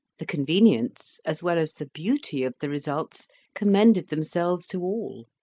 the convenience as well as the beauty of the results commended themselves to all.